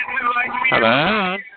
Hello